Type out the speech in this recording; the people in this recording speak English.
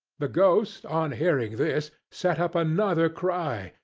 the ghost, on hearing this, set up another cry,